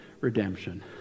redemption